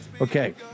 Okay